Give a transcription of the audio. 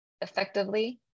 effectively